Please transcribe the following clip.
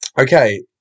okay